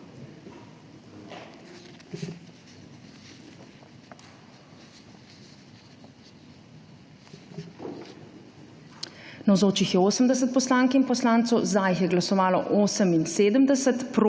Navzočih je 80 poslank in poslancev, za je glasovalo 78,